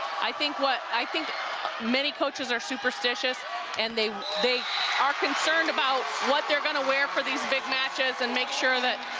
i think what i think many coaches are superstitious and they they are concerned about what they're going to wear for these big matches and make sure that,